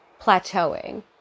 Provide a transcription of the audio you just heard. plateauing